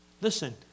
Listen